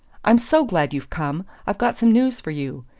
i'm so glad you've come! i've got some news for you.